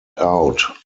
out